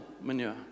manure